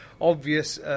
obvious